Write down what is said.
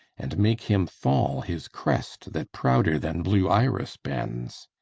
and make him fall his crest, that prouder than blue iris bends.